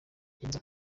yemeza